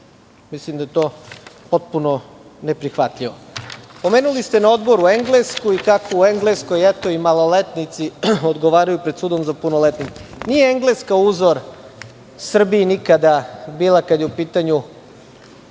Mislim da je to potpuno neprihvatljivo. Pomenuli ste na odboru Englesku i kako u Engleskoj, eto, i maloletnici odgovaraju pred sudom za punoletne. Nije Engleska uzor Srbiji nikada bila kada je u pitanju